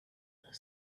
the